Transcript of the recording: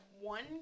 one